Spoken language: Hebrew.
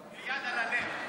עם יד על הלב,